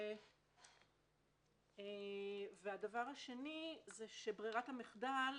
25ז1 (א)השר לביטחון הפנים, בהסכמת שרת המשפטים